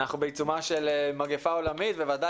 אנחנו בעיצומה של מגיפה עולמית ובוודאי